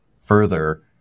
further